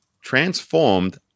transformed